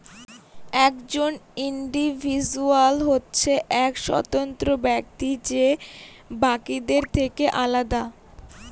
একজন ইন্ডিভিজুয়াল হচ্ছে এক স্বতন্ত্র ব্যক্তি যে বাকিদের থেকে আলাদা